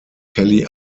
kelly